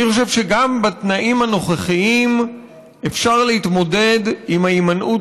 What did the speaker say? אני חושב שגם בתנאים הנוכחיים אפשר להתמודד עם ההימנעות